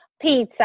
pizza